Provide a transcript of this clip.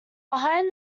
behind